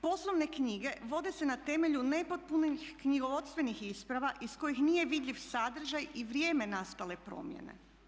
Poslovne knjige vode se na temelju nepotpunih knjigovodstvenih isprava iz kojih nije vidljiv sadržaj i vrijeme nastale promjene.